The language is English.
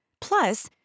Plus